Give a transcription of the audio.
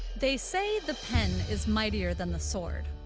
they say the pen is mightier than the sword,